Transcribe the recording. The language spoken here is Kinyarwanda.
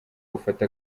ufate